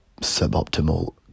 suboptimal